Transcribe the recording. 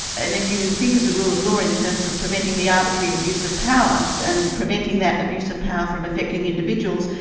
and if you think of the rule of law in terms of preventing the arbitrary abuse of power, and preventing that abuse of power from affecting individuals,